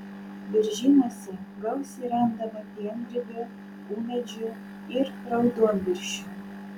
beržynuose gausiai randama piengrybių ūmėdžių ir raudonviršių